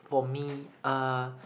for me uh